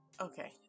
okay